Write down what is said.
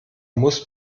muss